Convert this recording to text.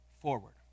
forward